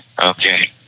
Okay